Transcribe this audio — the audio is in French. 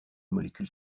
molécule